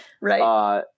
Right